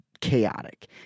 chaotic